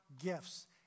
gifts